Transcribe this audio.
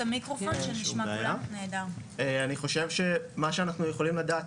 מה שאנחנו יכולים לדעת,